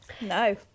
No